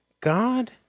God